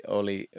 oli